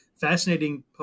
fascinating